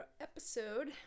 episode